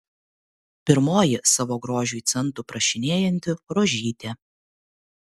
pirmoji savo grožiui centų prašinėjanti rožytė